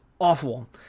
awful